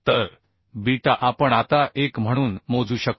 तर बीटा आपण आता 1 म्हणून मोजू शकतो